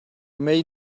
may